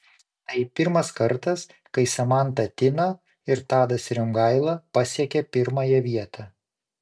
tai pirmas kartas kai samanta tina ir tadas rimgaila pasiekią pirmąją vietą